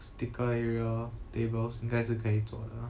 sticker area tables 应该是可以做的 lah